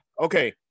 Okay